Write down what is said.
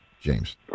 James